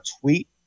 tweet